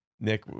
Nick